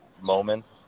moments